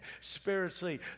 spiritually